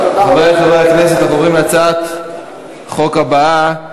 חברי חברי הכנסת, אנחנו עוברים להצעת החוק הבאה: